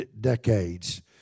decades